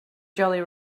jolly